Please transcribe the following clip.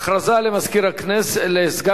הודעה לסגן